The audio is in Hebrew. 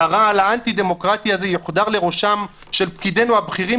שהרעל האנטי דמוקרטי הזה יוחדר לראשם של פקידינו הבכירים